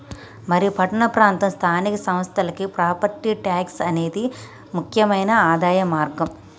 మరి పట్టణ ప్రాంత స్థానిక సంస్థలకి ప్రాపట్టి ట్యాక్స్ అనేది ముక్యమైన ఆదాయ మార్గం